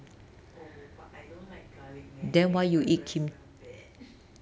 oh but I don't like garlic man makes my breath smell bad